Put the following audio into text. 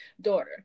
daughter